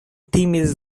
timis